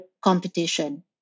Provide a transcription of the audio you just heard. competition